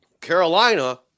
Carolina